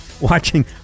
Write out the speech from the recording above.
Watching